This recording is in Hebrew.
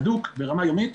הדוק ברמה יומית.